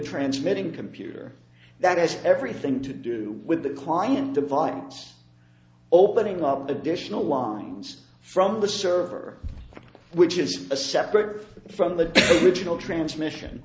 transmitting computer that has everything to do with the client to violence opening up additional lines from the server which is a separate from the original transmission